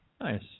Nice